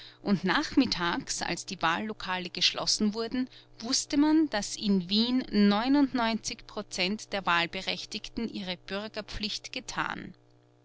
und nachmittags als die wahllokale geschlossen wurden wußte man daß in wien prozent der wahlberechtigten ihre bürgerpflicht getan